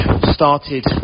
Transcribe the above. started